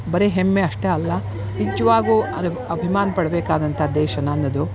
ಬರೀ ಹೆಮ್ಮೆ ಅಷ್ಟೇ ಅಲ್ಲ ನಿಜವಾಗು ಅಭಿಮಾನ ಪಡ್ಬೆಕಾದಂಥ ದೇಶ ನನ್ನದು